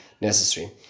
necessary